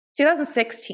2016